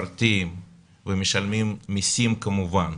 ומשרתים ומשלמים מיסים, כמובן,